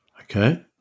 Okay